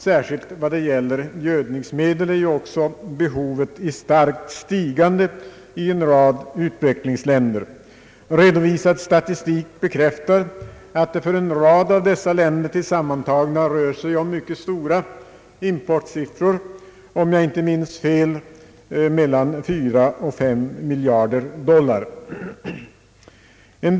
Särskilt i fråga om gödningsmedel är också behovet i starkt stigande i många utvecklingsländer. Redovisad statistik bekräftar att det för en rad av dessa länder tillsammantagna rör sig om mycket stora importsiffror — mellan 4 och 5 miljarder dollar, om jag inte minns fel.